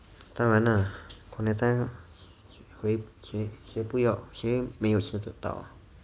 当然啦 cornetto 谁谁谁不要谁没有吃的到